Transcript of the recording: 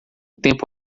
tempo